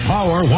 Power